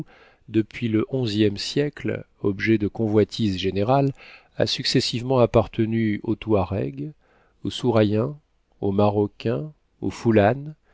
depuis le xie siècle objet de convoitise générale a successivement appartenu aux touareg aux sourayens aux marocains aux